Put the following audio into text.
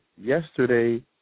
yesterday